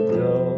go